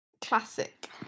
classic